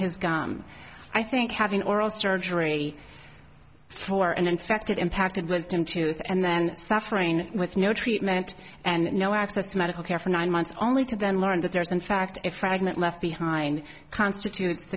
his gum i think having oral surgery for an infected impacted wisdom tooth and then suffering with no treatment and no access to medical care for nine months only to then learn that there is in fact a fragment left behind constitutes